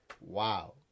wow